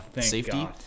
safety